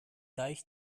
deich